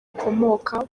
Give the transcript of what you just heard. ukomoka